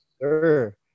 sir